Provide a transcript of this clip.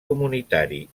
comunitari